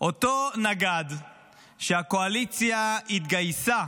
אותו נגד שהקואליציה התגייסה